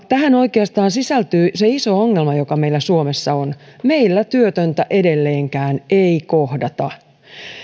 tähän oikeastaan sisältyy se iso ongelma joka meillä suomessa on meillä työtöntä edelleenkään ei kohdata